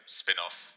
spin-off